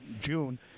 June